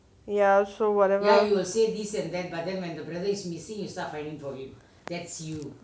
ya so whatever